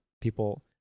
people